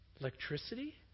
Electricity